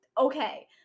okay